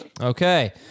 Okay